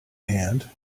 hand